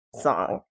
song